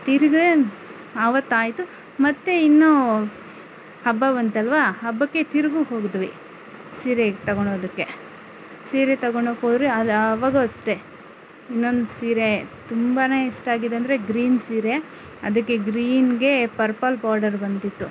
ತಿರುಗಿ ಆವತ್ತು ಆಯಿತು ಮತ್ತೆ ಇನ್ನು ಹಬ್ಬ ಬಂತಲ್ವ ಹಬ್ಬಕ್ಕೆ ತಿರುಗಿ ಹೋದ್ವಿ ಸೀರೆ ತೊಗೊಳ್ಳೋದಕ್ಕೆ ಸೀರೆ ತೊಗೊಳ್ಳೋಕ್ಕೆ ಹೋದರೆ ಆವಾಗ್ಲೂ ಅಷ್ಟೆ ನನ್ನ ಸೀರೆ ತುಂಬಾನೆ ಇಷ್ಟ ಆಗಿದೆ ಅಂದ್ರೆ ಗ್ರೀನ್ ಸೀರೆ ಅದಕ್ಕೆ ಗ್ರಿನ್ಗೆ ಪರ್ಪಲ್ ಬಾರ್ಡರ್ ಬಂದಿತ್ತು